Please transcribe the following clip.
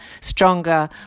stronger